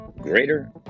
greater